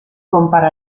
compare